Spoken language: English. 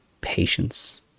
patience